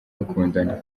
bakundana